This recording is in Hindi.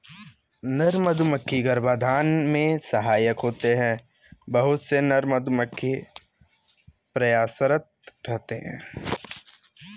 नर मधुमक्खी गर्भाधान में सहायक होते हैं बहुत से नर मधुमक्खी प्रयासरत रहते हैं